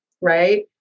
right